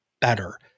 better